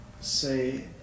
say